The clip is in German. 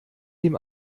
dem